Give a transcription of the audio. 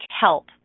help